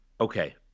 Okay